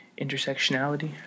intersectionality